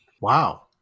Wow